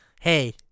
Hey